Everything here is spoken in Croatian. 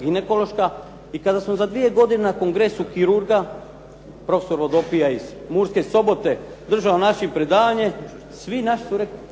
ginekološka i kada sam za 2 godine na Kongresu kirurga prof. Vodopija iz Murske Sobote držao znači predavanje svi naši su rekli